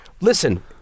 Listen